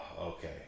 okay